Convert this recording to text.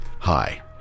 Hi